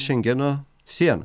šengeno siena